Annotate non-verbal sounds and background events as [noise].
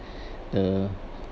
[breath] the